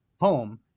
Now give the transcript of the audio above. home